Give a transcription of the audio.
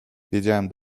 wiedziałem